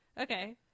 okay